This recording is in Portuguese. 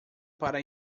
para